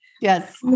Yes